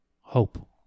hope